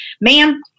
ma'am